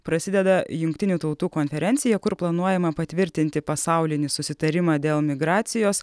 prasideda jungtinių tautų konferencija kur planuojama patvirtinti pasaulinį susitarimą dėl migracijos